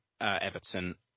Everton